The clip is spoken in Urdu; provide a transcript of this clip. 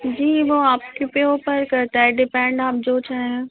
جی وہ آپ کی پہ اوپر کرتا ہے ڈپینڈ آپ جو چاہیں